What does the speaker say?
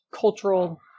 cultural